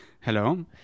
hello